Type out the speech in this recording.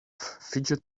fidget